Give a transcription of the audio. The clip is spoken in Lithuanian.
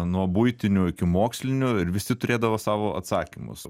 nuo buitinių iki mokslinių ir visi turėdavo savo atsakymus